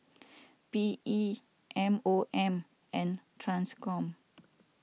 P E M O M and Transcom